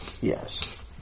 Yes